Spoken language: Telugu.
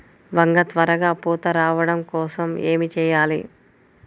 వంగ త్వరగా పూత రావడం కోసం ఏమి చెయ్యాలి?